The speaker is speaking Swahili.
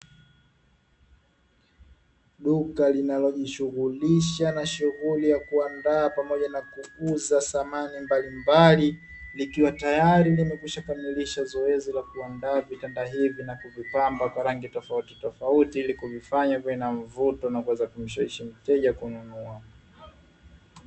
Duka linalojishughulisha na shughuli ya kuandaa pamoja na kuuza samani mbalimbali, likiwa tayari limekwisha kamilisha zoezi la kuandaa vitanda hivi na kuvipamba kwa rangi tofautitofauti, ili kuvifanya viwe na mvuto na kumshawishi mteja kuweza kununua.